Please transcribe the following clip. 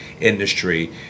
industry